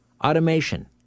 Automation